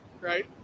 right